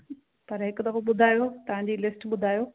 पर हिकु दफ़ो ॿुधायो तव्हांजी लिस्ट ॿुधायो